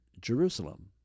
Jerusalem